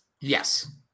Yes